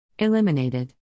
eliminated